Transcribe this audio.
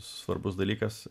svarbus dalykas